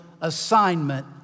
assignment